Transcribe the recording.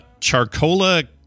Charcola